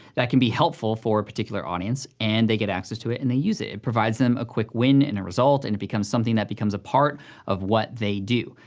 that can be helpful for a particular audience, and they get access to it, and they use it, it provides them a quick win, and a result, and it becomes something that becomes a part of what they do.